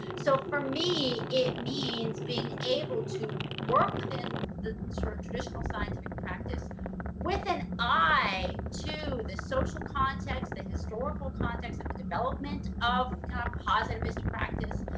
so for me it means being able to work within the sort of traditional scientific practice with an eye to the social context, the historical context of the development of positivist practice